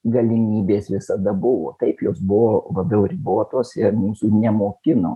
galimybės visada buvo taip jos buvo labiau ribotos ir mūsų nemokino